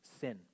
sin